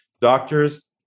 doctors